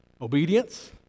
obedience